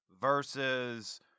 versus